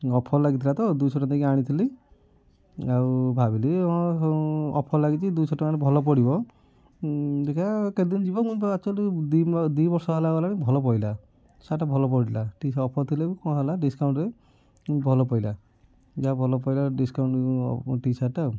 offer ଲାଗିଥିଲା ତ' ଦୁଇଶହ ଟଙ୍କା ଦେଇ ଆଣିଥିଲି ଆଉ ଭାବିଲି ହଁ ଅଫର୍ ଲାଗିଛି ଦୁଇଶହ ଟଙ୍କାରେ ଭଲ ପଡ଼ିବ ଦେଖିବା କେତେଦିନ ଯିବ ମୁଁ ବା ଏକ୍ଚୁଆଲି ଦୁଇ ବର୍ଷ ହେଲା ଗଲାଣି ଭଲ ପଡ଼ିଲା ସାର୍ଟ୍ଟା ଭଲ ପଡ଼ିଲା ଟିକେ ସେ ଅଫର୍ ଥିଲେ କ'ଣ ହେଲା ଡିସକାଉଣ୍ଟ୍ରେ ଭଲ ପଡ଼ିଲା ଯାହା ହେଉ ଭଲ ପଡ଼ିଲା ଡିସକାଉଣ୍ଟ୍ ଟିସାର୍ଟ୍ଟା